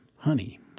honey